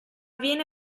viene